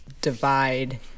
divide